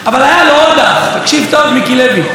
אבל היה לו עוד אח, תקשיב טוב, מיקי לוי,